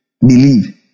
Believe